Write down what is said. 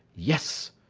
yes,